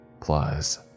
Plus